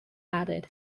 added